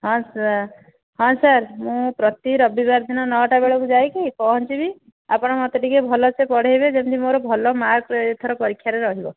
ହଁ ସାର୍ ହଁ ସାର୍ ମୁଁ ପ୍ରତି ରବିବାର ଦିନ ନଅଟା ବେଳକୁ ଯାଇକି ପହଞ୍ଚିବି ଆପଣ ମୋତେ ଟିକେ ଭଲ ସେ ପଢ଼ାଇବେ ଯେମିତି ମୋର ଭଲ ମାର୍କ ଏଥର ପରୀକ୍ଷାରେ ରହିବ